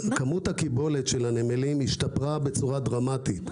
כמות הקיבולת של הנמלים השתפרה בצורה דרמטית.